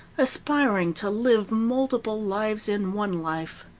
aspiring to live multiple lives in one life.